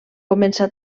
començar